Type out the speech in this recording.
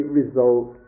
result